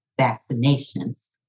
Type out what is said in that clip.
vaccinations